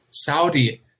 Saudi